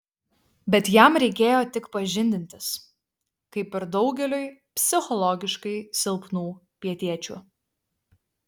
bet jam reikėjo tik pažindintis kaip ir daugeliui psichologiškai silpnų pietiečių